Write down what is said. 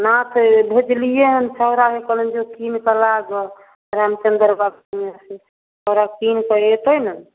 नाथे भेजलियै हन छौड़ाके कहलियै हन जो कीनि कऽ ला गऽ रामचन्दर बक्सियासँ छौड़ा कीनि कऽ एतै ने